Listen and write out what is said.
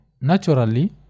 naturally